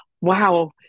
wow